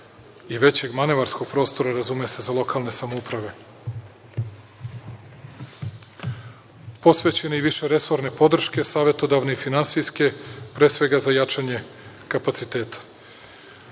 i većeg manevarskog prostora, razume se, za lokalne samouprave, posvećene i više resorne podrške savetodavnih finansijske, pre svega za jačanje kapaciteta. Prinudna